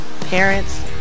parents